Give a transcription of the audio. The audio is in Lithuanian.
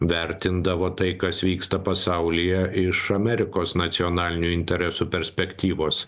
vertindavo tai kas vyksta pasaulyje iš amerikos nacionalinių interesų perspektyvos